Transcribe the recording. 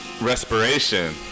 Respiration